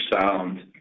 sound